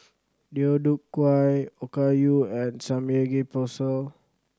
Deodeok Gui Okayu and Samgeyopsal